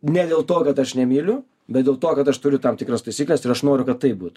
ne dėl to kad aš nemyliu bet dėl to kad aš turiu tam tikras taisykles ir aš noriu kad taip būtų